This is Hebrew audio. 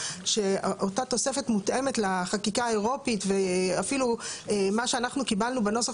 שאותה תוספת מותאמת לחקיקה האירופית ואפילו מה שאנחנו קיבלנו בנוסח